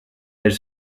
elle